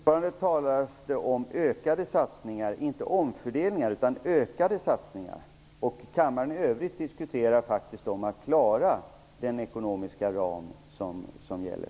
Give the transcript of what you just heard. Herr talman! Fortfarande talar Elisa Abascal Reyes om ökade satsningar, inte om omfördelningar. Kammaren i övrigt diskuterar faktiskt om att klara detta inom den ekonomiska ram som gäller.